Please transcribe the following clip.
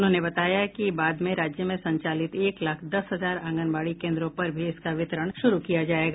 उन्होंने बताया कि बाद में राज्य में संचालित एक लाख दस हजार आंगनबाड़ी केन्द्रों पर भी इसका वितरण शुरू किया जायेगा